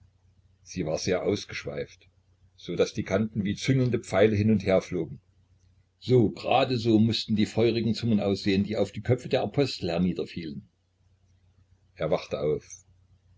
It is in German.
sie war sehr ausgeschweift so daß die kanten wie züngelnde pfeile hin und herflogen so grade so mußten die feurigen zungen aussehen die auf die köpfe der apostel herniederfielen er wachte auf